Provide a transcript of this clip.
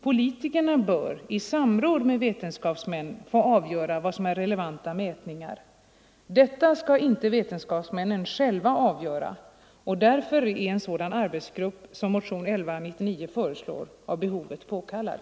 Politikerna bör i samråd med vetenskapsmännen avgöra vad som är relevanta mätningar. Detta skall inte vetenskapsmännen själva avgöra. Därför är en sådan arbetsgrupp som motionen 1199 föreslår av behovet påkallad.